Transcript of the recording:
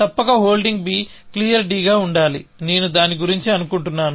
తప్పక holding b clear గా ఉండాలి నేను దాని గురించి అనుకుంటున్నాను